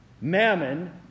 Mammon